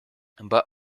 but